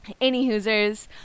Anyhoosers